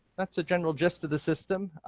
that's the general gist of the system.